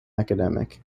academic